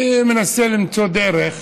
אני מנסה למצוא דרך,